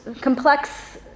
Complex